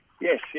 Yes